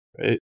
right